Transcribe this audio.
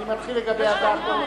אני מתחיל לגבי אדטו.